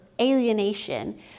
alienation